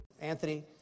Anthony